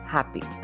Happy